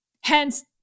Hence